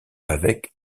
avec